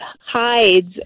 hides